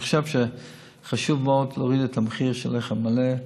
אני חושב שחשוב מאוד להוריד את המחיר של לחם מלא.